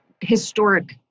historic